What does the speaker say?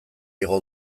igo